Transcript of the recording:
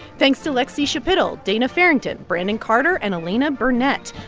thanks to lexie schapitl, dana farrington, brandon carter and elena burnett.